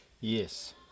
Yes